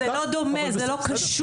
זה לא דומה זה לא קשור.